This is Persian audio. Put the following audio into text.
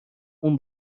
اون